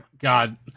God